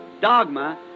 dogma